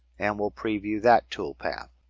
and we'll preview that toolpath.